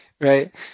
Right